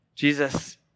Jesus